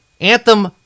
Anthem